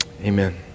Amen